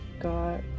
got